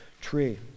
tree